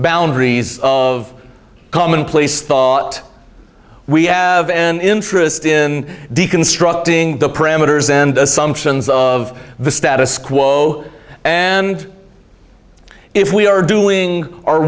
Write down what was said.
boundaries of commonplace thought we have an interest in deconstructing the parameters and assumptions of the status quo and if we are doing o